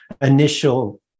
initial